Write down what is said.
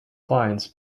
clients